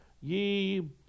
ye